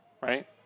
right